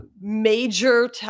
major